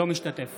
אינו משתתף